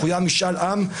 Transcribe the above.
מחויב משאל עם.